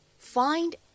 Find